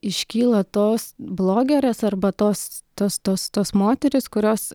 iškyla tos blogerės arba tos tos tos tos moterys kurios